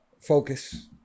focus